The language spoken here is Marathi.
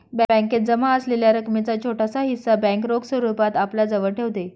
बॅकेत जमा असलेल्या रकमेचा छोटासा हिस्सा बँक रोख स्वरूपात आपल्याजवळ ठेवते